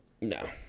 no